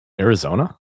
Arizona